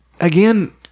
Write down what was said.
Again